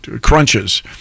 crunches